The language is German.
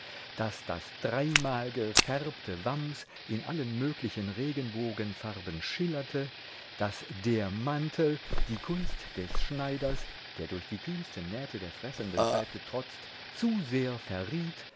daß das dreimal gefärbte wams in allen möglichen regenbogenfarben schillerte daß der mantel die kunst des schneiders der durch die kühnsten nähte der fressenden zeit getrotzt zu sehr verriet